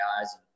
guys